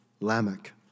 Lamech